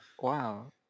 Wow